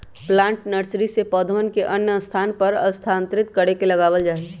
plant nursery से पौधवन के अन्य स्थान पर स्थानांतरित करके लगावल जाहई